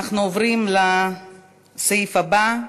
אנחנו עוברים לסעיף הבא.